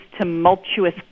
tumultuous